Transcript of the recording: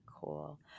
Cool